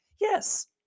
yes